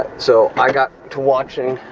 so, i got to watching